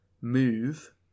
move